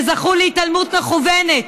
שזכו להתעלמות מכוונת,